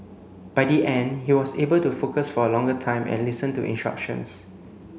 by the end he was able to focus for a longer time and listen to instructions